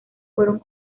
fueron